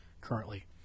currently